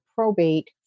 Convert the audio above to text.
probate